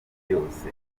yose